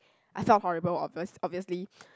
I felt horrible obvious obviously